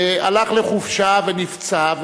הלך לחופשה ונפצע,